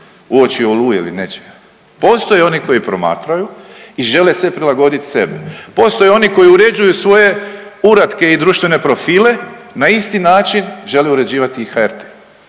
uoči Oluje ili nečega. Postoje oni koji promatraju i žele sve prilagoditi sebi. Postoje oni koji uređuju svoje uratke i društvene profile na isti način žele uređivati i HRT-e.